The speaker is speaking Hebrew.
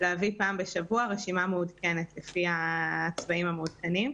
להביא פעם בשבוע רשימה מעודכנת לפי הצבעים המעודכנים,